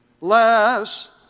Less